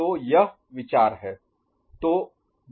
तो यह विचार है